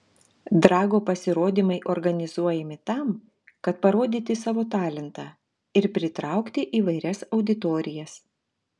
drago pasirodymai organizuojami tam kad parodyti savo talentą ir pritraukti įvairias auditorijas